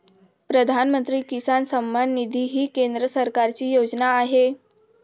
प्रधानमंत्री किसान सन्मान निधी ही केंद्र सरकारची योजना आहे